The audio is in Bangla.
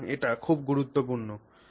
সুতরাং এটি খুব গুরুত্বপূর্ণ